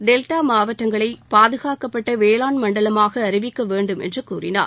delta மாவட்டங்களை பாதுகாக்கப்பட்ட வேளாண் மண்டலமாக அறிவிக்க வேண்டும் என்று கூறினார்